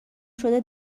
شده